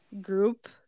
group